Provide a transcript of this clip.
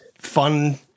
fun